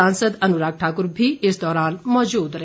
सांसद अनुराग ठाक्र भी इस दौरान मौजूद रहे